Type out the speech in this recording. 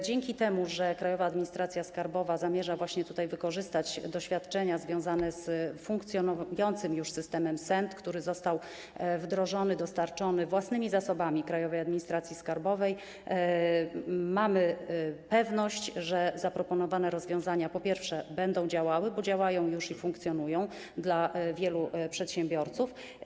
Dzięki temu, że Krajowa Administracja Skarbowa zamierza wykorzystać doświadczenia związane z funkcjonującym już systemem SENT, który został wdrożony, dostarczony przez własne zasoby Krajowej Administracji Skarbowej, mamy pewność, że zaproponowane rozwiązania, po pierwsze, będą działały, bo już działają i funkcjonują, dla wielu przedsiębiorców.